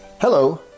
Hello